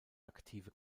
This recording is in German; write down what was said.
aktive